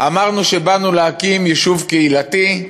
אמרנו שבאנו להקים יישוב קהילתי,